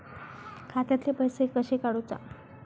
खात्यातले पैसे कशे काडूचा?